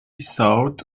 thought